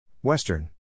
Western